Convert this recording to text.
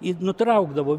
ir nutraukdavo